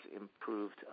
improved